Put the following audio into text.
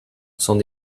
sont